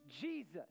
Jesus